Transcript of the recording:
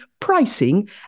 pricing